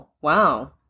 Wow